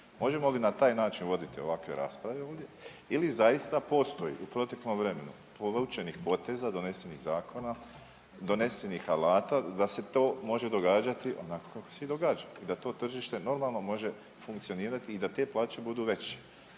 Možemo li na taj način voditi ovakve rasprave ovdje ili zaista postoji u proteklom vremenu povučenih poteza, donesenih zakona, donesenih alata da se to može događati onako kako se i događa i da to tržište normalno može funkcionirati i da te plaće budu veće.